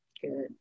Good